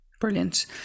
Brilliant